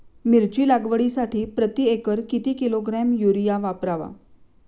मिरची लागवडीसाठी प्रति एकर किती किलोग्रॅम युरिया वापरावा?